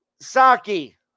Saki